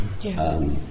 Yes